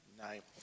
night